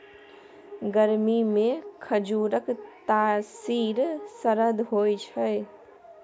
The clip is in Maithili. गरमीमे खजुरक तासीर सरद होए छै